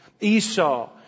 Esau